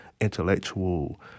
intellectual